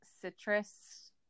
citrus